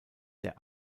der